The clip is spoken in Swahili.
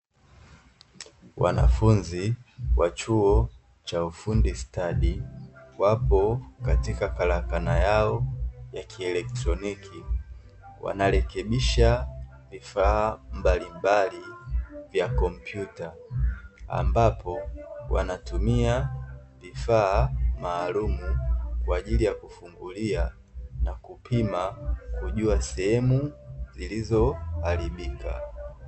Wanafunzi wa chuo cha ufundi stadi, wapo katika karakana yao ya kielektroniki, wanarekebisha vifaa mbalimbali vya kompyuta, ambapo wanatumia vifaa maalumu kwa ajili ya kufungulia na kupima, kujua sehemu zilizoharibika.